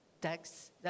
tax